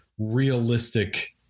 realistic